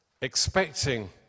expecting